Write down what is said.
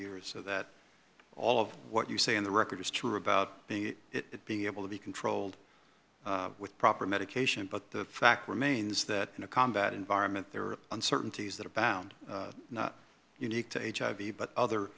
years so that all of what you say in the record is true about it being able to be controlled with proper medication but the fact remains that in a combat environment there are uncertainties that are bound not unique to hiv but other